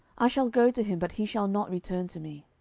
i shall go to him, but he shall not return to me.